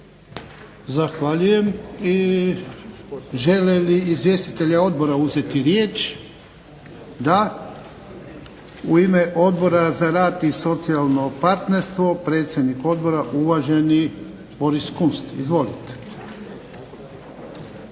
Zahvaljujem. I žele li izvjestitelji odbora uzeti riječ? Da. U ime Odbora za rad i socijalno partnerstvo predsjednik odbora uvaženi Boris Kunst. Izvolite.